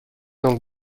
donc